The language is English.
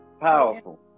Powerful